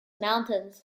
mountains